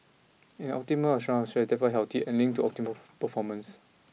an optimal amount of stress therefore healthy and linked to optimal performance